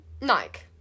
Nike